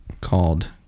called